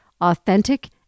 authentic